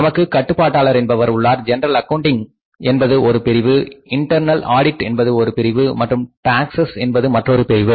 நமக்கு கட்டுப்பாட்டாளர் என்பவர் உள்ளார் ஜெனரல் அக்கவுண்டிங் என்பது ஒரு பிரிவு இன்டர்ணல் ஆடிட் என்பது ஒரு பிரிவு மற்றும் டாக்ஸஸ் என்பது மற்றொரு பிரிவு